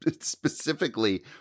specifically